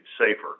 safer